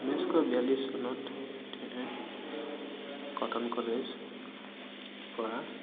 ঊনৈছশ বিয়াল্লিছ চনত কটন কলেজ পৰা